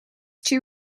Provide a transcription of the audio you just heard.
too